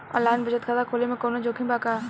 Online बचत खाता खोले में कवनो जोखिम बा का?